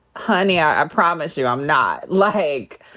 honey, i promise you, i'm not. like,